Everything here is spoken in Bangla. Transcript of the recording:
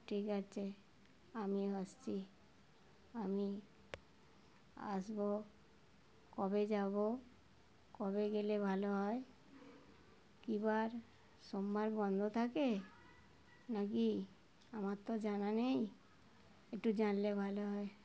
ঠিক আছে আমি আসছি আমি আসব কবে যাব কবে গেলে ভালো হয় কী বার সোমবার বন্ধ থাকে না কি আমার তো জানা নেই একটু জানলে ভালো হয়